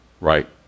right